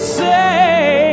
say